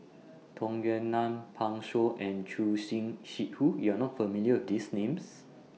Tung Yue Nang Pan Shou and Choor Singh Sidhu YOU Are not familiar with These Names